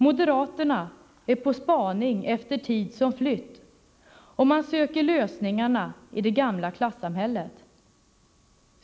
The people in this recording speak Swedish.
Moderaterna är på spaning efter tid som flytt, och man söker lösningarna i det gamla klassamhället.